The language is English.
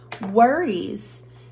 worries